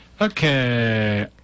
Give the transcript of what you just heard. Okay